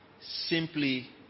simply